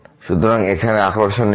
সুতরাং এখানে আকর্ষণীয় কি